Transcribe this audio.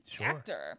actor